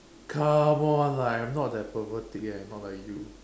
come on lah I'm not that pervertic eh not like you